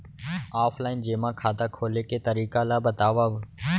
Offline जेमा खाता खोले के तरीका ल बतावव?